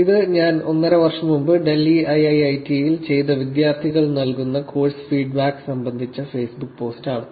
ഇത് ഞാൻ ഒന്നര വർഷം മുമ്പ് ഡെൽഹി ഐഐഐടിയിൽ ചെയ്ത വിദ്യാർത്ഥികൾ നൽകുന്ന കോഴ്സ് ഫീഡ്ബാക്ക് സംബന്ധിച്ച് ഫേസ്ബുക്ക് പോസ്റ്റ് ആണ്